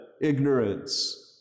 ignorance